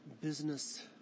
business